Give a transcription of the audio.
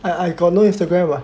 I got got no Instagram [what]